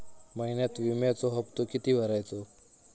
महिन्यात विम्याचो हप्तो किती भरायचो?